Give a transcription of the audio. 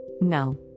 No